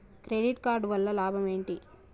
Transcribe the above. Credit card వల్ల లాభం ఏంటి?